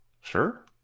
Sure